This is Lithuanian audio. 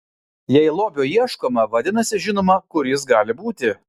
jei lobio ieškoma vadinasi žinoma kur jis gali būti